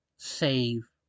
save